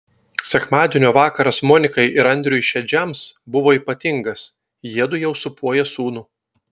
sekmadienio vakaras monikai ir andriui šedžiams buvo ypatingas jiedu jau sūpuoja sūnų